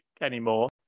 anymore